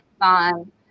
on